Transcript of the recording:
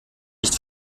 nicht